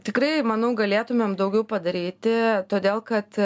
tikrai manau galėtumėm daugiau padaryti todėl kad